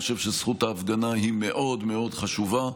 חושב שזכות ההפגנה היא מאוד מאוד חשובה,